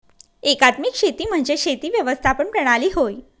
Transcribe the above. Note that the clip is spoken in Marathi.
एकात्मिक शेती म्हणजे शेती व्यवस्थापन प्रणाली होय